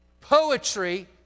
Poetry